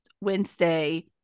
wednesday